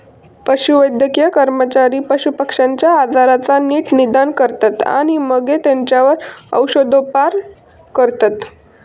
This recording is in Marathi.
पशुवैद्यकीय कर्मचारी पशुपक्ष्यांच्या आजाराचा नीट निदान करतत आणि मगे तेंच्यावर औषदउपाय करतत